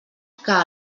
que